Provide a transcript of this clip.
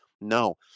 no